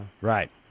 Right